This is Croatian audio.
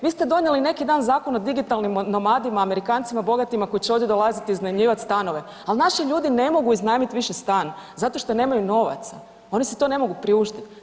Vi ste donijeli neki dan zakon o digitalnim nomadima, Amerikancima bogatima koje će ovdje dolaziti iznajmljivati stanove ali naši ljudi ne mogu iznajmit više stan zato što nemaju novaca, oni si to ne mogu priuštiti.